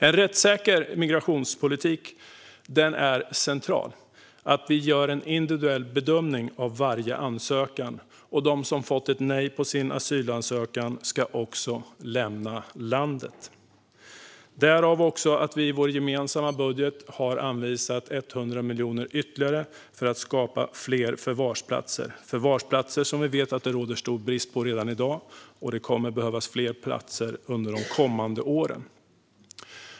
En rättssäker migrationspolitik är central. Vi ska göra en individuell bedömning av varje ansökan, och de som fått ett nej på sin asylansökan ska också lämna landet. Därför har vi också i vår gemensamma budget anvisat 100 miljoner ytterligare för att skapa fler förvarsplatser. Det råder stor brist på förvarsplatser redan i dag, och vi vet att det kommer att behövas fler platser de kommande åren.